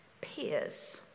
peers